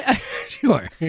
Sure